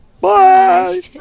Bye